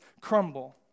crumble